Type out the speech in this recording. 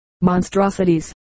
monstrosities